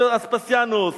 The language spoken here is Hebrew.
אספסיאנוס,